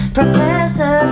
professor